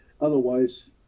Otherwise